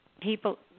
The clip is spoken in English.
people